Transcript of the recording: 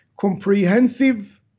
comprehensive